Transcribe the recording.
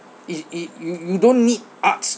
is is you you don't need arts